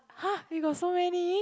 !huh! you got so many